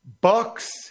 Bucks